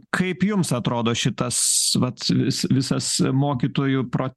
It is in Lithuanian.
kaip jums atrodo šitas vat vis visas mokytojų pro